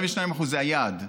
42% זה היעד.